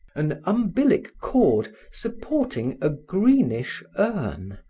an umbilic cord supporting a greenish urn,